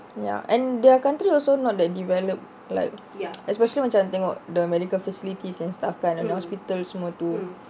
ya and their country also not that develop like especially macam tengok the medical facilities and stuff kan dalam the hospitals semua tu